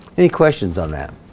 any questions on that